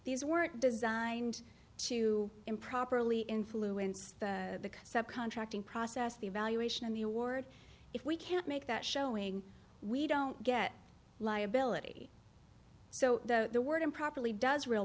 these weren't designed to improperly influence the subcontracting process the evaluation of the award if we can't make that showing we don't get liability so the word improperly does real